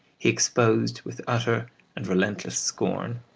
he exposed with utter and relentless scorn.